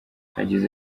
yagize